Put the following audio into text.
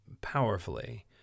powerfully